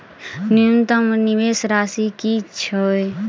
न्यूनतम निवेश राशि की छई?